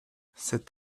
cet